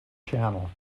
channel